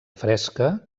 fresca